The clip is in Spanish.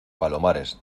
palomares